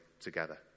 together